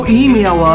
email